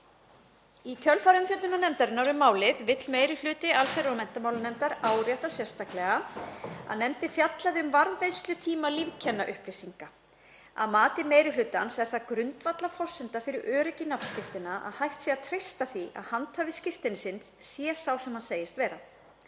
Í kjölfar umfjöllunar nefndarinnar um málið vill meiri hluti allsherjar- og menntamálanefndar árétta sérstaklega að nefndin fjallaði um varðveislutíma lífkennaupplýsinga. Að mati meiri hlutans er það grundvallarforsenda fyrir öryggi nafnskírteina að hægt sé að treysta því að handhafi skírteinis sé sá sem hann segist vera.